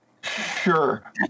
Sure